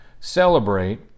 celebrate